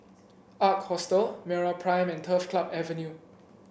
Ark Hostel MeraPrime and Turf Club Avenue